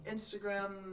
Instagram